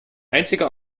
einziger